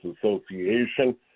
Association